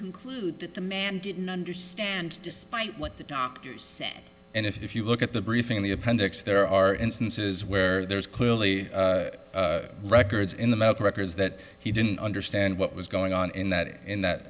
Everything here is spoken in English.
conclude that the man didn't understand despite what the doctors and if you look at the briefing in the appendix there are instances where there's clearly records in the medical records that he didn't understand what was going on in that in that